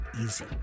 easy